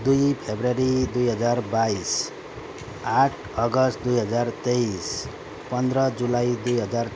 दुई फरवरी दुई हजार बाइस आठ अगस्ट दुई हजार तेइस पन्ध्र जुलाई दुई हजार